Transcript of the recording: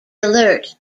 alert